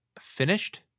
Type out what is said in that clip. finished